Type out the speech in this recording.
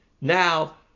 Now